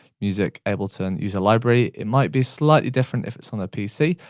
music, ableton, user library it might be slightly different if it's on a pc,